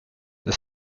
the